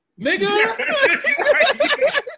nigga